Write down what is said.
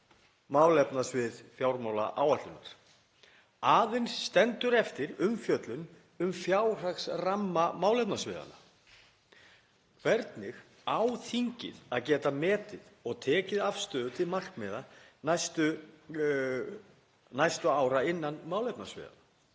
málefnasvið fjármálaáætlunar. Aðeins stendur eftir umfjöllun um fjárhagsramma málefnasviðanna. Hvernig á þingið að geta metið og tekið afstöðu til markmiða næstu ára innan málefnasviðanna